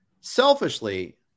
selfishly